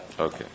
Okay